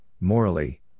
morally